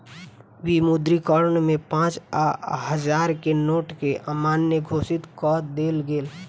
विमुद्रीकरण में पाँच आ हजार के नोट के अमान्य घोषित कअ देल गेल